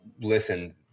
listen